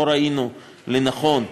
לא ראינו לנכון,